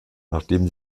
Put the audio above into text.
nachdem